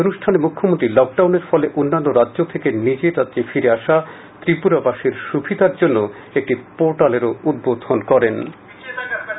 অনুষ্ঠানে মুখ্যমন্ত্রী লকডাউনের ফলে অন্যান্য রাজ্য থেকে নিজের রাজ্যে ফিরে আসা ত্রিপুরা বাসীর সুবিধার একটি পোর্টাল এর উদ্বোধন করেন